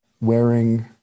wearing